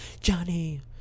Johnny